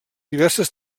diverses